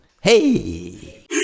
Hey